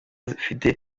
afite